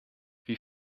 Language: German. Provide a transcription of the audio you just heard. wie